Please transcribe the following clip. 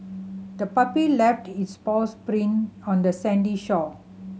the puppy left its paws print on the sandy shore